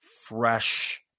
fresh